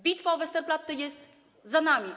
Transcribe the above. Bitwa o Westerplatte jest za nami.